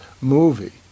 movie